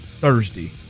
Thursday